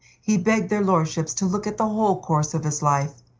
he begged their lordships to look at the whole course of his life,